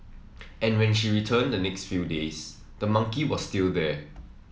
and when she returned the next few days the monkey was still there